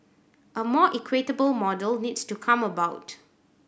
a more equitable model needs to come about